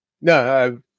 No